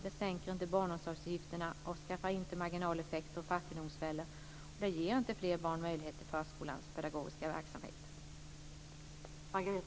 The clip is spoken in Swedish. Det sänker inte barnomsorgsavgifterna, avskaffar inte marginaleffekter och fattigdomsfällor och ger inte fler barn möjlighet till förskolans pedagogiska verksamhet.